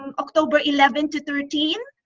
and october eleven to thirteen.